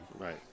Right